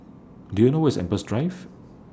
Do YOU know Where IS Empress Drive